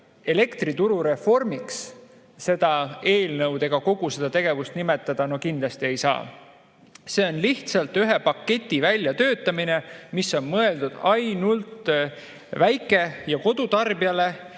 Elektriturureformiks seda eelnõu ega kogu seda tegevust nimetada kindlasti ei saa. See on lihtsalt ühe paketi väljatöötamine, mis on mõeldud ainult väike‑ ja kodutarbijale.